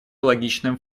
логичным